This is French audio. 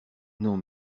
non